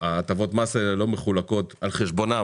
שהטבות המס האלה לא מחולקות על חשבונם